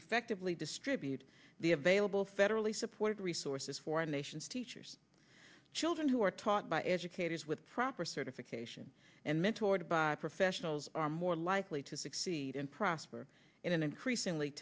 effectively distribute the available federally supported resources for a nation's teachers children who are taught by educators with proper certification and mentors by professionals are more likely to succeed and prosper in an increasingly